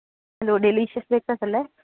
hello delicious ബേക്കേഴ്സല്ലേ